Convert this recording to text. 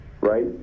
right